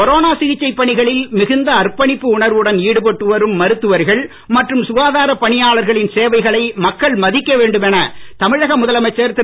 corona சிகிச்சைப் பணிகளில் மிகுந்த அர்ப்பணிப்பு உணர்வுடன் ஈடுபட்டு வரும் மருத்துவர்கள் மற்றும் சுகாதார பணியாளர்களின் சேவைகளை மக்கள் மதிக்க வேண்டும் என தமிழக முதலமைச்சர் திரு